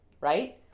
right